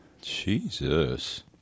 Jesus